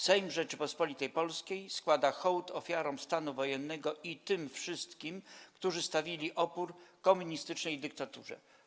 Sejm Rzeczypospolitej Polskiej składa hołd ofiarom stanu wojennego i tym wszystkim, którzy stawili opór komunistycznej dyktaturze”